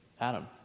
Adam